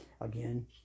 Again